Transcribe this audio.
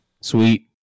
Sweet